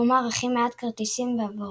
כלומר הכי מעט כרטיסים ועברות.